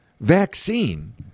vaccine